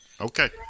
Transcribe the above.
Okay